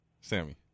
Sammy